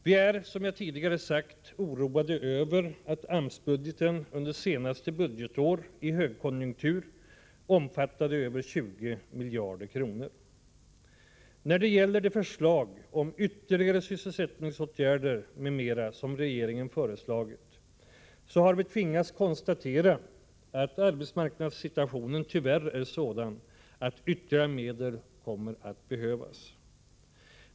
Vi är, som jag tidigare har sagt, oroade över att AMS-budgeten under det senaste budgetåret — som löper under en högkonjunktur — omfattade över 20 miljarder kronor. När det gäller de förslag om ytterligare sysselsättningsåtgärder m.m. som regeringen lagt fram, så har vi tvingats konstatera att arbetsmarknadssituationen tyvärr är sådan att ytterligare medel kommer att behövas.